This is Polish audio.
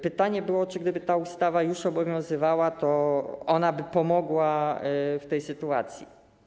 Pytanie było, czy gdyby ta ustawa już obowiązywała, to ona pomogłaby w tej sytuacji.